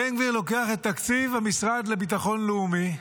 בן גביר לוקח את תקציב המשרד לביטחון לאומי,